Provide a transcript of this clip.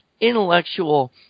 intellectual